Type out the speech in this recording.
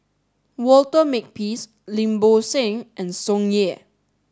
Walter Makepeace Lim Bo Seng and Tsung Yeh